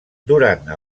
durant